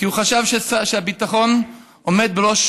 כי הוא חשב שהביטחון עומד בראש